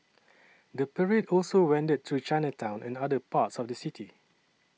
the parade also wended through Chinatown and other parts of the city